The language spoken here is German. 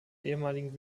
ehemaligen